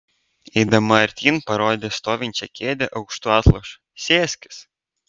eidama artyn parodė stovinčią kėdę aukštu atlošu sėskis